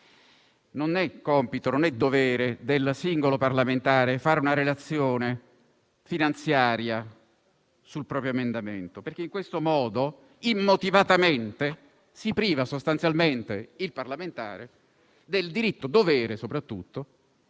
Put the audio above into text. Non è compito o dovere del singolo parlamentare fare una relazione finanziaria sul proprio emendamento, perché in questo modo, in sostanza, si priva immotivatamente il parlamentare del diritto-dovere, soprattutto,